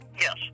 Yes